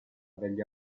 degli